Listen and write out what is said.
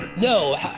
No